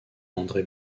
andré